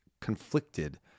conflicted